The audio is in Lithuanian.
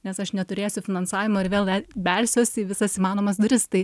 nes aš neturėsiu finansavimo ir vėl belsiuos į visas įmanomas duris tai